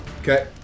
Okay